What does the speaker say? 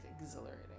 exhilarating